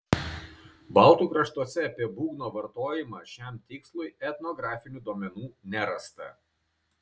baltų kraštuose apie būgno vartojimą šiam tikslui etnografinių duomenų nerasta